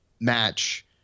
match